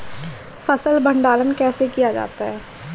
फ़सल भंडारण कैसे किया जाता है?